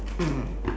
mm